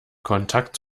kontakt